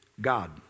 God